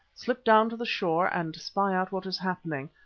slip down to the shore and spy out what is happening.